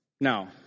Now